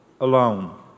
alone